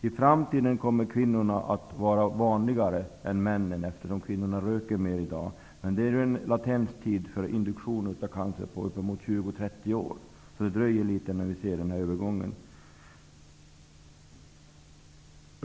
I framtiden kommer det att vara vanligare att kvinnor får denna sjukdom, eftersom kvinnorna i dag röker mer. Men det är en latenstid för induktion av cancer på uppemot 20--30 år. Det dröjer därför ett tag innan vi ser denna övergång.